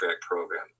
program